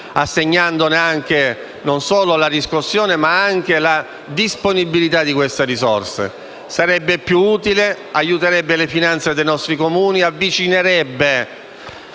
assegnando loro non solo la riscossione, ma anche la disponibilità di queste risorse. Sarebbe una misura più utile, aiuterebbe le finanze dei nostri Comuni ed avvicinerebbe